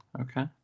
okay